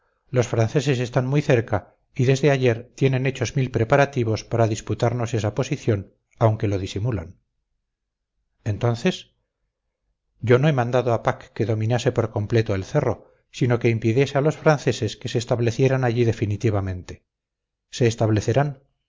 los franceses están muy cerca y desde ayer tienen hechos mil preparativos para disputarnos esa posición aunque lo disimulan entonces yo no he mandado a pack que dominase por completo el cerro sino que impidiese a los franceses que se establecieran allí definitivamente se establecerán